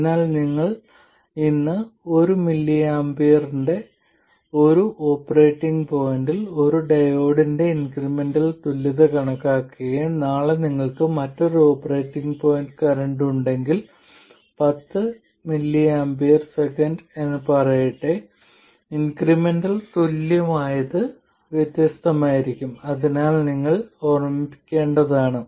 അതിനാൽ നിങ്ങൾ ഇന്ന് 1mA യുടെ ഒരു ഓപ്പറേറ്റിംഗ് പോയിന്റിൽ ഒരു ഡയോഡിന്റെ ഇൻക്രിമെന്റൽ തുല്യത കണക്കാക്കുകയും നാളെ നിങ്ങൾക്ക് മറ്റൊരു ഓപ്പറേറ്റിംഗ് പോയിന്റ് കറന്റ് ഉണ്ടെങ്കിൽ 10mAs എന്ന് പറയട്ടെ ഇൻക്രിമെന്റൽ തുല്യമായത് വ്യത്യസ്തമായിരിക്കും അതിനാൽ നിങ്ങൾ ഓർമ്മിക്കേണ്ടതാണ്